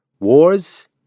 Wars